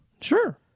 Sure